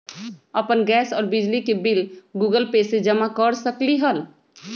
अपन गैस और बिजली के बिल गूगल पे से जमा कर सकलीहल?